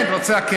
כן, רוצה הכסף.